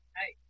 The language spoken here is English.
Hey